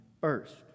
first